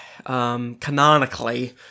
Canonically